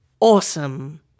awesome